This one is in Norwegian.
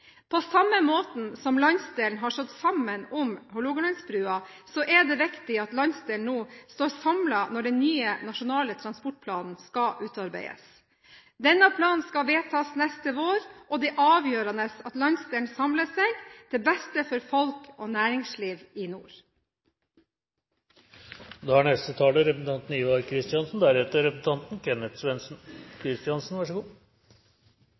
På samme måten som landsdelen har stått sammen om Hålogalandsbrua, er det viktig at landsdelen nå står samlet når en ny Nasjonal transportplan skal utarbeides. Denne planen skal vedtas neste vår, og det er avgjørende at landsdelen samler seg til beste for folk og næringsliv i nord. Dette er